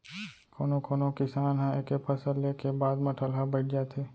कोनो कोनो किसान ह एके फसल ले के बाद म ठलहा बइठ जाथे